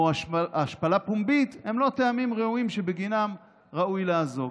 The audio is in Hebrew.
השפלה פומבית הם לא טעמים ראויים שבגינם ראוי לאזוק.